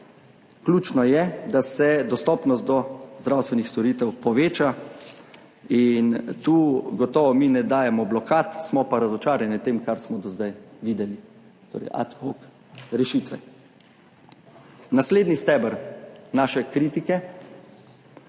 ključno je, da se dostopnost do zdravstvenih storitev poveča, in tu gotovo mi ne dajemo blokad, smo pa razočarani nad tem, kar smo do zdaj videli, torej ad hoc rešitve. Naslednji steber naše kritike